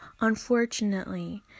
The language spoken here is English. unfortunately